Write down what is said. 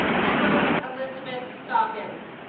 emma elizabeth sawkins